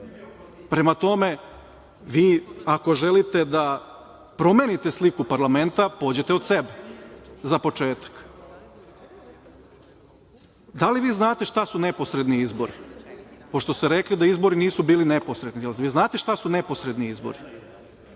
tome, vi ako želite da promenite sliku parlament, pođite od sebe za početak. Da li vi znate šta su neposredni izbori, pošto ste rekli da izbori nisu bili neposredni? Jel vi znate šta su neposredni izbori?